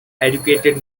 educated